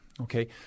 okay